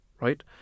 right